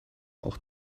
auch